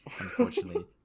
unfortunately